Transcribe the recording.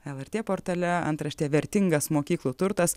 lrt portale antraštė vertingas mokyklų turtas